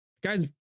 guys